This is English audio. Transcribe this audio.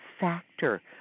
factor